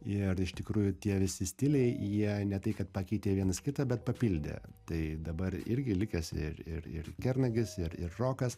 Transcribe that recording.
ir iš tikrųjų tie visi stiliai jie ne tai kad pakeitė vienas kitą bet papildė tai dabar irgi likęs ir ir ir kernagis ir ir rokas